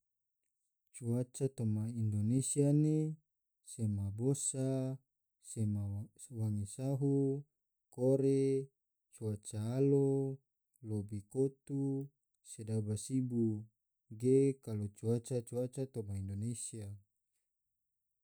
Cuaca toma indonesia ne sema bosa, sema wange sahu, kore, cuaca alo, lobi kotu sodaba sibu ge kalo cuaca-cuaca toma indonesia